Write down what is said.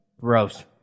Gross